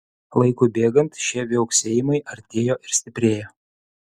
laikui bėgant šie viauksėjimai artėjo ir stiprėjo